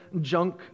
junk